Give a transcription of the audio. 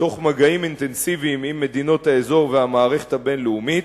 תוך מגעים אינטנסיביים עם מדינות האזור והמערכת הבין-לאומית,